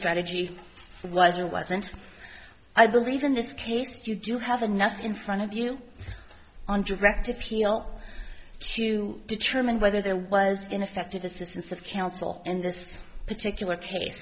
strategy was or wasn't i believe in this case you do have a nothing in front of you on direct appeal to determine whether there was ineffective assistance of counsel in this particular case